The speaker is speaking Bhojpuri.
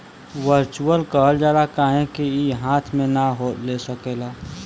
वर्चुअल कहल जाला काहे कि ई हाथ मे ना ले सकेला